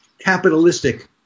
capitalistic